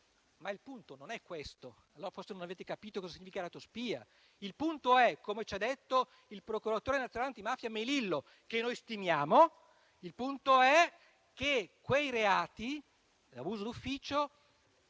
Ma il punto non è questo. Forse non avete capito cosa significa reato spia. Il punto è - come ci ha detto il procuratore nazionale antimafia Melillo, che noi stimiamo - che quei reati di abuso d'ufficio